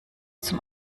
zum